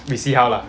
we see how lah